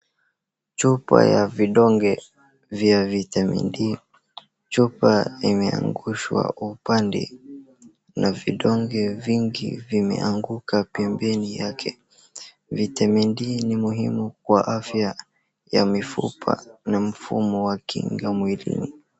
Chupa ya vidonge vya vitamin D. Chupa imeangushwa upande, na vidonge vingi vimeanguka pembeni yake. vitamin D ni muhimu kwa afya ya mifupa na mfumo wa kinga mwilini.